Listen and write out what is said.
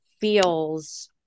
feels